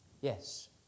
Yes